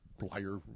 liar